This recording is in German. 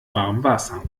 warmwasser